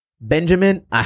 Benjamin